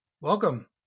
Welcome